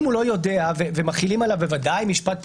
אם הוא לא יודע ומחילים עליו בוודאי במשפט פלילי,